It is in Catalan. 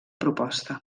proposta